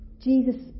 Jesus